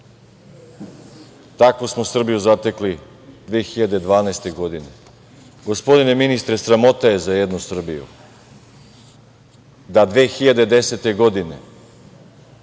Takvu smo Srbiju zatekli 2012. godine. Gospodine ministre, sramota je za jednu Srbiju da ste 2010. godine